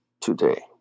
today